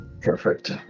Perfect